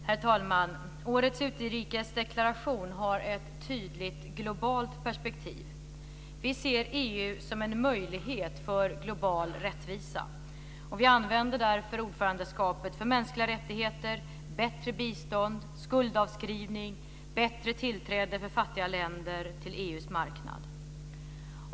Herr talman! Årets utrikesdeklaration har ett tydligt globalt perspektiv. Vi ser EU som en möjlighet för global rättvisa. Vi använder därför ordförandeskapet för att arbeta för mänskliga rättigheter, bättre bistånd, skuldavskrivning och bättre tillträde för fattiga länder till EU:s marknad.